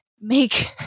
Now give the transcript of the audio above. make